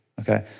okay